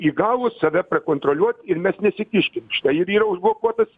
įgalūs save kontroliuot ir mes nesikiškim štai ir yra užblokuotas